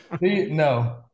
No